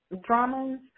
dramas